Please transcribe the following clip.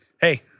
Hey